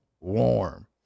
warm